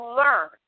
learn